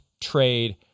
trade